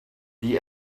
die